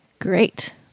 Great